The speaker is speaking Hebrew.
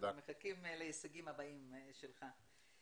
אנחנו מחכים להישגים הבאים שלך.